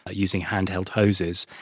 ah using hand-held hoses,